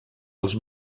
els